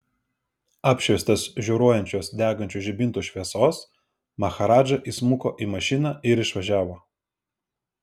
apšviestas žioruojančios degančių žibintų šviesos maharadža įsmuko į mašiną ir išvažiavo